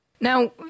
Now